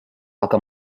aga